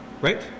right